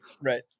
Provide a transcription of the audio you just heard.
Right